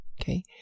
Okay